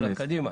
"(2)